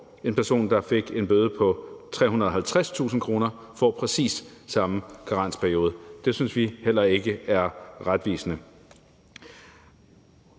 en person, der får en bøde på 350.000 kr., får præcis samme karensperiode. Det synes vi heller ikke er retvisende.